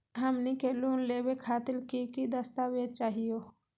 हमनी के लोन लेवे खातीर की की दस्तावेज चाहीयो?